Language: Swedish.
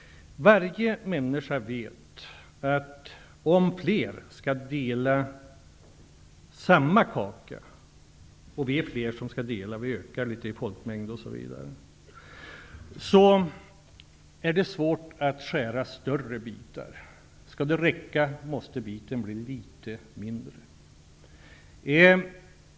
Varje människa vet att om fler än tidigare skall dela samma kaka -- vi ökar t.ex. i folkmängd -- är det svårt att skära större bitar. Om det skall räcka till alla måste bitarna bli litet mindre.